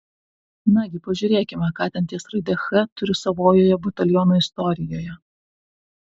nagi pažiūrėkime ką ten ties raide ch turiu savojoje bataliono istorijoje